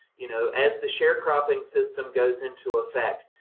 you know, as the sharecropping system goes into effect,